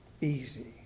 easy